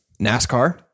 NASCAR